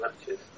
matches